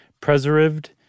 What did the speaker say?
Preserved